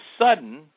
sudden